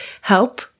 help